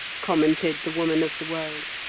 commented the woman of the world.